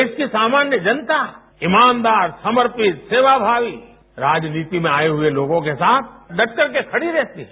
देश की सामान्य जनता ईमानदार समर्पित सेवाभावी राजनीति में आये हुए लोगों के साथ डटकरके खड़ी रहती है